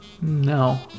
No